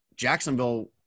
Jacksonville